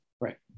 right